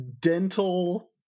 Dental